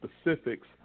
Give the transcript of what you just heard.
specifics